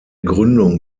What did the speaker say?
gründung